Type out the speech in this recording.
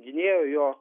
gynėjo jo